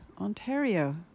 Ontario